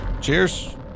Cheers